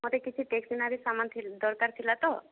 ମୋତେ କିଛି ଷ୍ଟେସନାରୀ ସାମଗ୍ରୀ ଦରକାର ଥିଲା ତ